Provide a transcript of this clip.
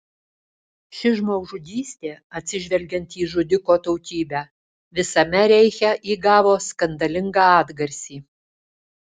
ši žmogžudystė atsižvelgiant į žudiko tautybę visame reiche įgavo skandalingą atgarsį